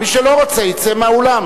מי שלא רוצה, יצא מהאולם.